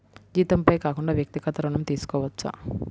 జీతంపై కాకుండా వ్యక్తిగత ఋణం తీసుకోవచ్చా?